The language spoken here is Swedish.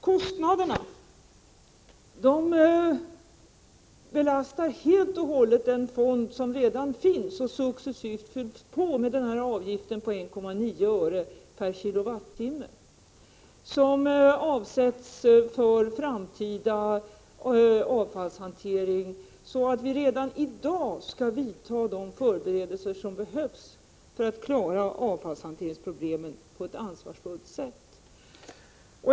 Kostnaderna belastar helt och hållet den fond som redan finns och som successivt fylls på med den avgift på 1,9 öre per kilowattimme som avsätts för framtida avfallshantering, så att vi redan i dag skall kunna vidta de förberedelser som behövs för att klara avfallshanteringsproblemen på ett ansvarsfullt sätt.